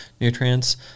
nutrients